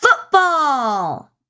football